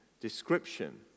description